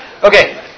Okay